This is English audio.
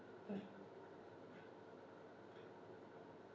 mm